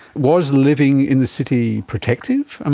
was living in the city protective? and